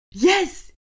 Yes